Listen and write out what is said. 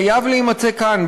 חייב להימצא כאן,